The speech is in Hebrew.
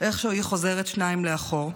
איכשהו היא חוזרת שניים לאחור.